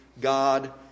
God